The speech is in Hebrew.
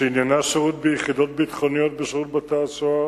שעניינה שירות ביחידות ביטחוניות בשירות בתי-הסוהר,